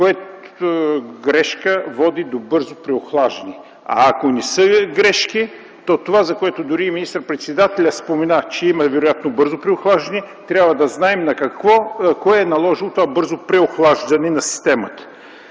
която грешка води до бързо преохлаждане. Ако не са грешки, то това, за което дори и министър-председателят спомена, че има вероятно бързо преохлаждане, трябва да знаем кое е наложило това бързо преохлаждане на системата.